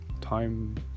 time